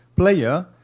player